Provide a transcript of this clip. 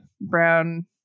brown